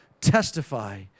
testify